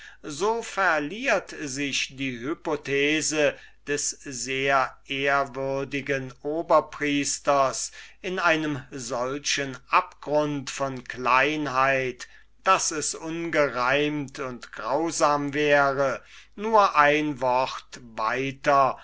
so verliert sich die hypothese des sehr ehrwürdigen oberpriesters in einem solchen abgrund von kleinheit daß es ungereimt und die wahrheit zu sagen grausam wäre nur ein wort weiter